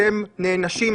אתם נענשים,